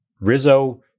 Rizzo